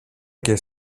και